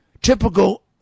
Typical